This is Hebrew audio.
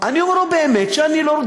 אני אומר לו: באמת שאני לא רוצה.